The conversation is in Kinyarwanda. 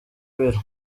biro